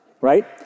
right